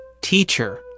Teacher